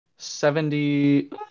Seventy